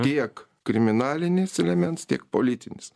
tiek kriminalinis elements tiek politinis